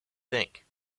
think